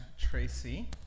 tracy